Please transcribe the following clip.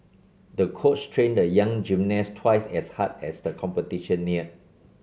the coach trained the young gymnast twice as hard as the competition neared